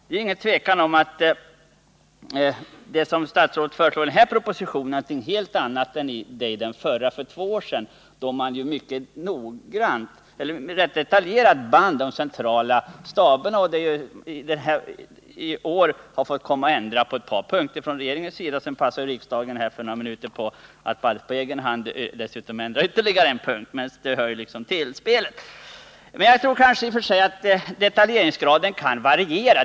Det är ingen tvekan om att det som statsrådet föreslår i den här propositionen är någonting helt annat än det som föreslogs i den för två år sedan, då man rätt detaljerat band de centrala staberna. I år har regeringen fått föreslå ändringar på ett par punkter, och nu passade riksdagen för några minuter sedan på att för egen hand ändra på ytterligare en punkt, men det hör ju till spelets regler. Jag tror att detaljeringsgraden kan variera.